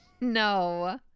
no